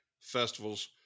festivals